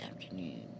afternoon